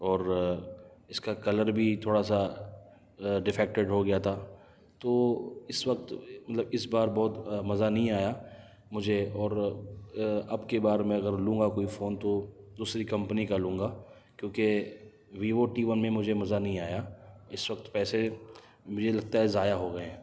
اور اس کا کلر بھی تھوڑا سا ڈفیکٹڈ ہو گیا تھا تو اس وقت مطلب اس بار بہت مزہ نہیں آیا مجھے اور اب کی بار میں اگر لوں گا کوئی فون تو دوسری کمپنی کا لوں گا کیونکہ ویوو ٹی ون میں مجھے مزہ نہیں آیا اس وقت پیسے مجھے لگتا ہے ضائع ہو گئے ہیں